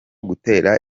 gutera